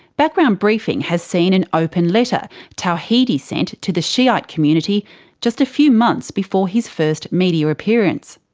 background briefing has seen an open letter tawhidi sent to the shiite community just a few months before his first media appearance.